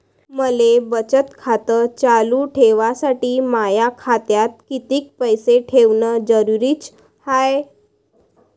मले बचत खातं चालू ठेवासाठी माया खात्यात कितीक पैसे ठेवण जरुरीच हाय?